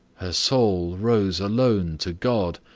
her soul rose alone to god,